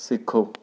ਸਿੱਖੋ